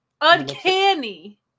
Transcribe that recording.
Uncanny